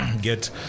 get